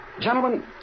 Gentlemen